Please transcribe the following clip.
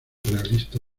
realista